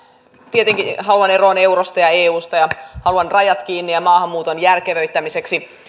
tietenkin haluan eroon eurosta ja eusta ja haluan rajat kiinni ja maahanmuuton järkevöittämiseksi